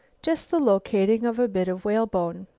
just the locating of a bit of whalebone.